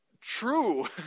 true